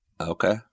Okay